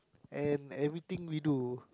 and everything we do